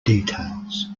details